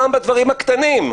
גם בדברים הקטנים,